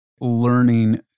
learning